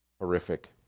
horrific